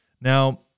Now